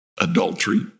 adultery